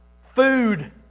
food